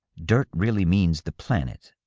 dirt really means the planet,